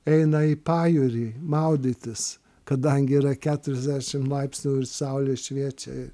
eina į pajūrį maudytis kadangi yra keturiasdešim laipsnių ir saulė šviečia